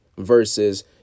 versus